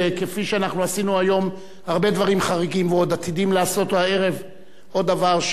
כפי שעשינו היום הרבה דברים חריגים ועוד עתידים לעשות הערב עוד דבר,